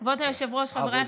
חבריי